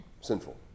sinful